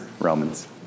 Romans